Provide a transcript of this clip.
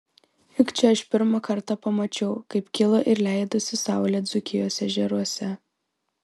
juk čia aš pirmą kartą pamačiau kaip kilo ir leidosi saulė dzūkijos ežeruose